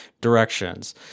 directions